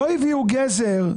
לא הביאו גזר,